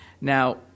Now